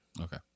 Okay